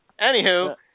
Anywho